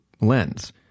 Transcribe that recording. lens